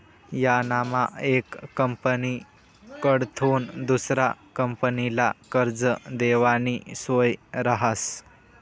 यानामा येक कंपनीकडथून दुसरा कंपनीले कर्ज देवानी सोय रहास